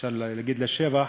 אפשר להגיד לשבח,